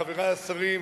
חברי השרים,